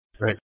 Right